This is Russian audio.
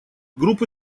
группы